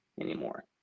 anymore